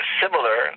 similar